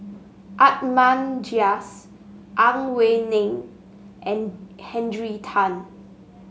Ahmad Jais Ang Wei Neng and Henry Tan